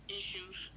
issues